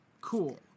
Cool